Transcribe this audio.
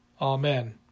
Amen